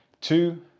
two